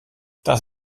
das